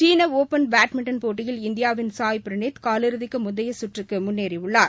சீன open badminton போட்டியில் இந்தியாவின் சாய் பிரணீத் கால் இறுதிக்கு முந்தைய கற்றுக்கு முன்னேறியுள்ளார்